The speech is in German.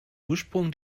ursprung